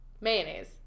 Mayonnaise